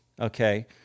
okay